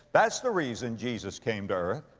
that's the reason jesus came to earth.